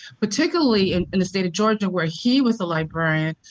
particularly and in the state of georgia, where he was a librarian,